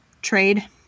trade